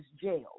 jailed